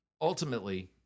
ultimately